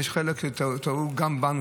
יש חלק גם בנו,